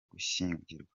gushyingirwa